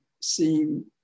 seem